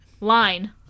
Line